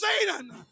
Satan